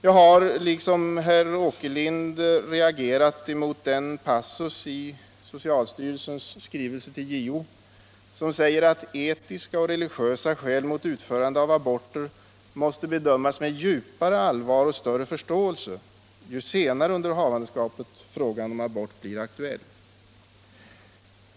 Jag har liksom herr Åkerlind reagerat emot den passus i socialstyrelsens skrivelse till JO som säger att etiska och religiösa skäl mot utförande av aborter måste bedömas med djupare allvar och större förståelse ju senare under havandeskapet frågan om abort blir aktuell.